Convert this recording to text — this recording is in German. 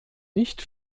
nicht